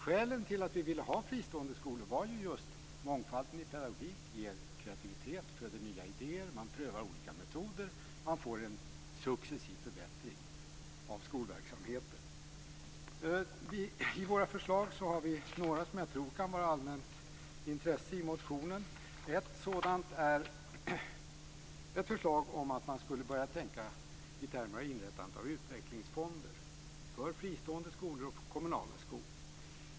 Skälen till att vi ville ha fristående skolor var just att mångfalden i pedagogik ger kreativitet och föder nya idéer, man prövar olika metoder och får en successiv förbättring av skolverksamheten. I våra förslag har vi några som jag tror kan vara av allmänt intresse. Ett sådant är ett förslag om att man skulle börja tänka i termer av inrättandet av utvecklingsfonder för fristående och kommunala skolor.